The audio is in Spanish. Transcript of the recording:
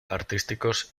artísticos